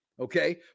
Okay